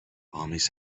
armies